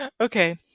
Okay